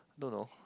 don't know